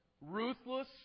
ruthless